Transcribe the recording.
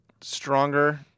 stronger